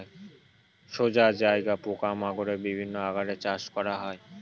সোজা জায়গাত পোকা মাকড়ের বিভিন্ন আকারে চাষ করা হয়